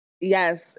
Yes